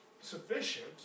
sufficient